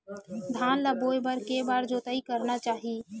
धान ल बोए बर के बार जोताई करना चाही?